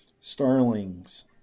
Starlings